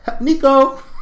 Nico